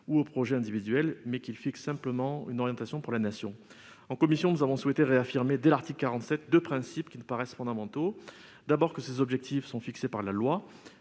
ou au projet individuel, mais qu'il fixe simplement une orientation pour la Nation. En commission, nous avons souhaité réaffirmer, dès l'article 47, deux principes qui me paraissent fondamentaux : d'abord, ces objectifs sont fixés par la loi